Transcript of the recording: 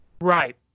Right